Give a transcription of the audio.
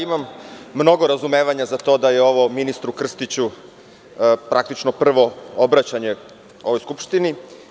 Imam mnogo razumevanja za to da je ovo ministru Krstiču praktično prvo obraćanje u ovoj Skupštini.